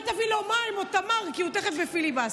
אולי תביא לו מים או תמר, כי הוא תכף בפיליבסטר.